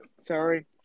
Sorry